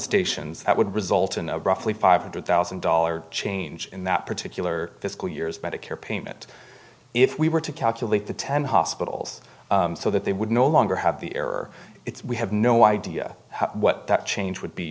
stations that would result in a roughly five hundred thousand dollars change in that particular fiscal years medicare payment if we were to calculate the ten hospitals so that they would no longer have the error it's we have no idea what that change would be